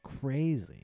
crazy